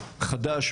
חדש,